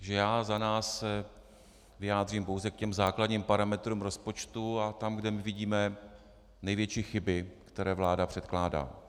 Já se za nás vyjádřím pouze k těm základním parametrům rozpočtu a tam, kde my vidíme největší chyby, které vláda předkládá.